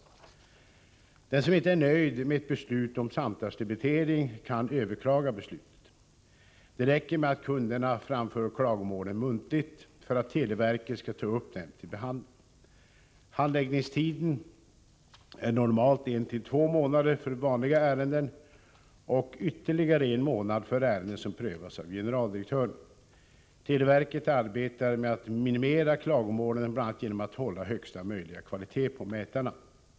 Den som inte är nöjd med ett beslut om samtalsdebitering kan överklaga beslutet. Det räcker med att kunderna framför klagomålen muntligt för att televerket skall ta upp dem till behandling. Handläggningstiden är normalt en till två månader för vanliga ärenden och ytterligare en månad för ärenden som prövas av generaldirektören. Televerket arbetar med att minimera klagomålen bl.a. genom att hålla högsta möjliga kvalitet på mätarna.